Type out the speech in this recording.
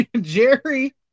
Jerry